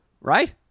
Right